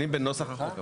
החוק,